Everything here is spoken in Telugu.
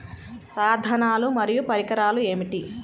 సాధనాలు మరియు పరికరాలు ఏమిటీ?